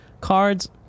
cards